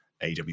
AW